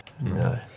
No